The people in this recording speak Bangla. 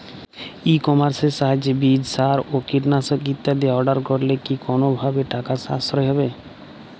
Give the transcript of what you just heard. ই কমার্সের সাহায্যে বীজ সার ও কীটনাশক ইত্যাদি অর্ডার করলে কি কোনোভাবে টাকার সাশ্রয় হবে?